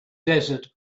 desert